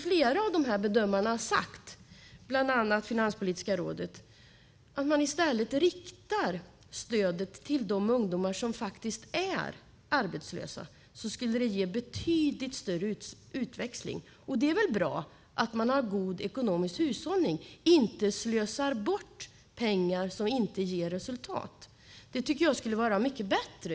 Flera av bedömarna, bland annat Finanspolitiska rådet, har sagt att om man i stället riktade stödet till de ungdomar som är arbetslösa skulle det ge betydligt större utväxling. Det är väl bra att man har god ekonomisk hushållning och inte slösar bort pengar på något som inte ger resultat. Det tycker jag skulle vara mycket bättre.